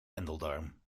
endeldarm